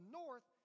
north